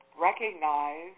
Recognize